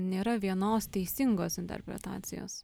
nėra vienos teisingos interpretacijos